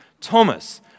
Thomas